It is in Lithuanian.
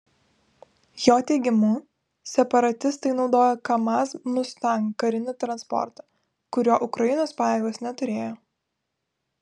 jo teigimu separatistai naudojo kamaz mustang karinį transportą kurio ukrainos pajėgos neturėjo